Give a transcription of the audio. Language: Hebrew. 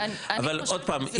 אבל עוד פעם,